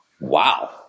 Wow